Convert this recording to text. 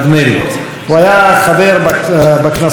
הוא היה חבר בכנסות השישית,